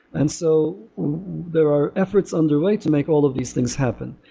and so there are efforts underway to make all of these things happen.